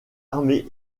armée